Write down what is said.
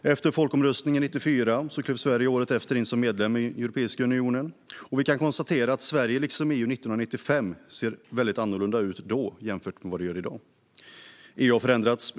Året efter folkomröstningen 1994 klev Sverige in som medlem i Europeiska unionen, och vi kan konstatera att Sverige liksom EU såg väldigt annorlunda ut 1995 jämfört med i dag. EU har förändrats.